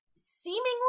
seemingly